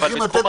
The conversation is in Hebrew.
נכון,